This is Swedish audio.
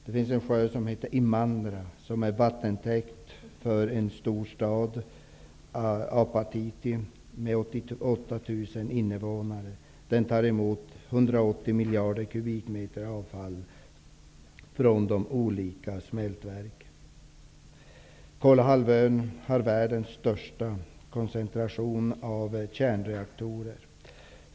Det finns en sjö, Imandra, som är vattentäckt för en stor stad med 88 000 invånare -- Apatity. Den tar emot 180 miljarder kubikmeter avfall från de olika smältverken. Kolahalvön har värdens största koncentration av kärnreaktorer.